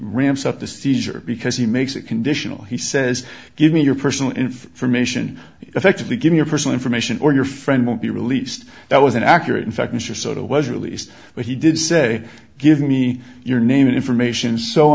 ramps up the seizure because he makes it conditional he says give me your personal information effectively give your personal information or your friend will be released that was an accurate in fact mr sort of was released but he did say give me your name and information so